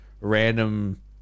random